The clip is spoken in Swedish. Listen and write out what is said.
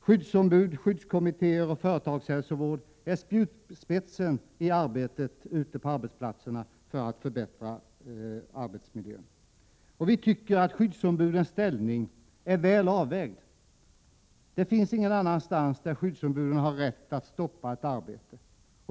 Skyddsombud, skyddskommittéer och företagshälsovård är spjutspetsar i verksamheten för att förbättra arbetsmiljön ute på arbetsplatserna, och vi tycker att skyddsombudens ställning är väl avvägd. Ingen annanstans har skyddsombuden rätt att stoppa ett arbete.